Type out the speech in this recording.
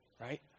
right